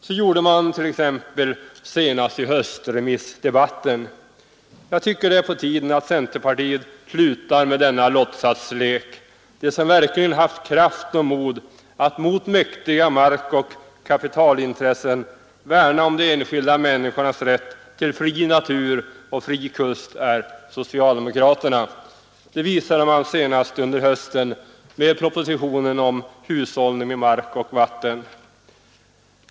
Så gjorde man t.ex. senast i höstremissdebatten. Jag tycker det är på tiden att centerpartiet slutar med denna låtsaslek. De som verkligen haft kraft och mod att mot mäktiga markoch kapitalintressen värna om de enskilda människornas rätt till fri natur och fri kust är socialdemokraterna. Det visade man senast under hösten med propositionen Hushållning med mark och vatten.